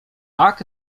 tak